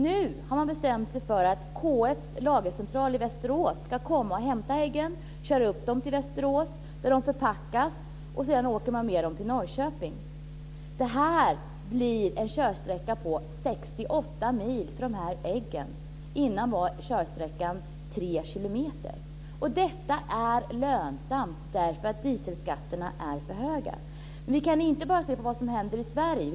Nu har man bestämt sig för att KF:s lagercentral i Västerås ska komma och hämta äggen och köra upp dem till Västerås där de förpackas. Sedan åker man med dem till Norrköping. Det blir en körsträcka på 68 mil för de här äggen. Innan dess var körsträckan tre kilometer. Detta är lönsamt på grund av dieselskattens nivå. Men vi kan inte bara se på vad som händer i Sverige.